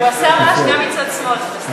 הוא עשה רעש גם מצד שמאל, זה בסדר.